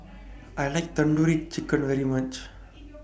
I like Tandoori Chicken very much